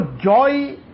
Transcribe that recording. joy